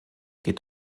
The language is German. geht